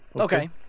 okay